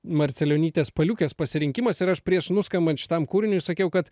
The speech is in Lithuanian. marcelionytės paliukės pasirinkimas ir aš prieš nuskambant šitam kūriniui sakiau kad